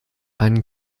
einen